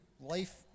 Life